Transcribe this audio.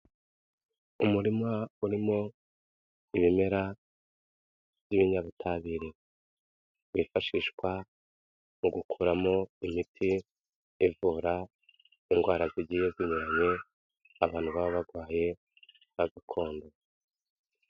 Umurima urimo ibimera by'ibinyabutabire wifashishwa mu gukuramo imiti ivura indwara zigiye zinyuranye abantu baba barwaye gakondo.